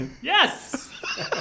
Yes